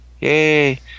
Yay